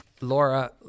Laura